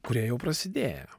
kurie jau prasidėję